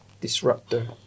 disruptor